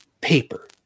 paper